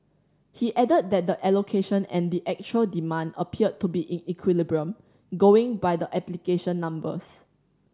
he added that the allocation and the actual demand appeared to be in equilibrium going by the application numbers